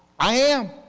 i am.